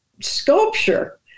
sculpture